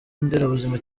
nderabuzima